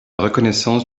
reconnaissance